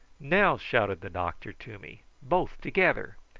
now! shouted the doctor to me. both together.